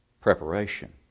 preparation